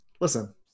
Listen